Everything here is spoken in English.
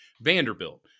Vanderbilt